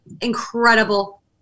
incredible